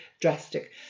drastic